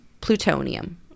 plutonium